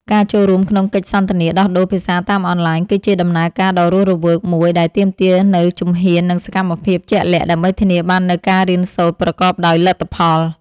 ការចូលរួមក្នុងកិច្ចសន្ទនាដោះដូរភាសាតាមអនឡាញ គឺជាដំណើរការដ៏រស់រវើកមួយដែលទាមទារនូវជំហាន និងសកម្មភាពជាក់លាក់ ដើម្បីធានាបាននូវការរៀនសូត្រប្រកបដោយលទ្ធផល។